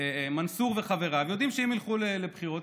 מנסור וחבריו יודעים שאם ילכו לבחירות,